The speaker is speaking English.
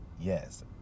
Yes